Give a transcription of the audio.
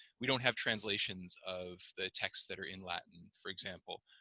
we don't have translations of the texts that are in latin, for example,